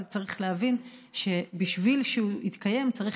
אבל צריך להבין שבשביל שהוא יתקיים צריך